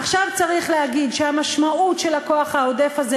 עכשיו צריך להגיד שהמשמעות של הכוח העודף הזה,